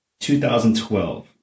2012